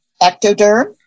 ectoderm